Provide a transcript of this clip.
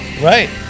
Right